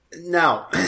Now